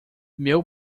meu